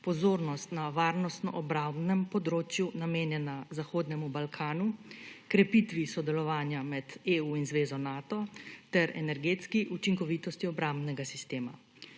pozornost na varnostno-obrambnem področju namenjena Zahodnemu Balkanu, krepitvi sodelovanja med EU in zvezo Nato ter energetski učinkovitosti obrambnega sistema.